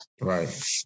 Right